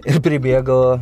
ir pribėgo